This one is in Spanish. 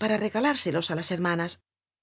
para regalúr elos ú las hermanas